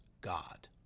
God